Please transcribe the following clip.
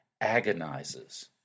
agonizes